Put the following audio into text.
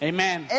Amen